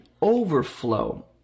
overflow